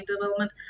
development